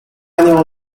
annual